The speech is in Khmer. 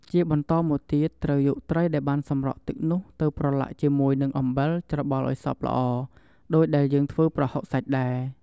ជាបន្តមកទៀតត្រូវយកត្រីដែលបានសម្រក់ទឹកនោះ ទៅប្រឡាក់ជាមួយនឹងអំបិលច្របល់ឱ្យសព្វល្អ ដូចដែលយើងធ្វើប្រហុកសាច់ដែរ។